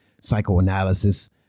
psychoanalysis